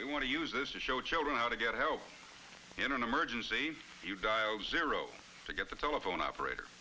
we want to use this is show children how to get help in an emergency you dial zero to get the telephone operator